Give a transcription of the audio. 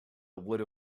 would